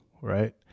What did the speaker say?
right